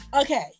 okay